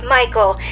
Michael